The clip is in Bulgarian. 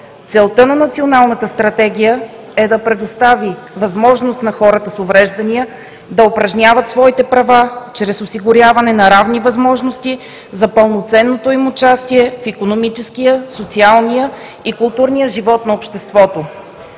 Целта на Националната стратегия е да предостави възможност на хората с увреждания да упражняват своите права чрез осигуряване на равни възможности за пълноценното им участие в икономическия, социалния и културния живот на обществото.